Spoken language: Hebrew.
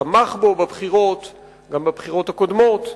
תמך בו בבחירות האחרונות וגם בבחירות הקודמות,